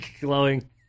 glowing